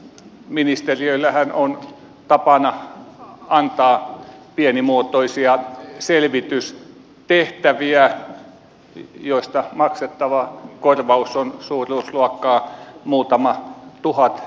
ministeriöllähän on tapana antaa pienimuotoisia selvitystehtäviä joista maksettava korvaus on suuruusluokkaa muutama tuhat euroa